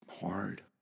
hard